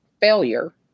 failure